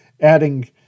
adding